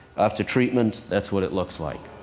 after treatment that's what it looks like.